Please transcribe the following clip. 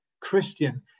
Christian